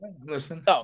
Listen